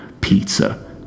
Pizza